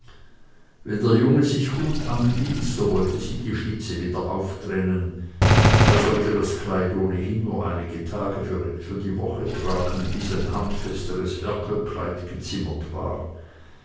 wenn der junge sich gut anließ so wollte sie die schlitze wieder auftrennen er sollte das kleid ohnehin nur einige tage für die woche tragen bis ein handfesteres werkelkleid gezimmert war